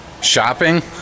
Shopping